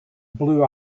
blue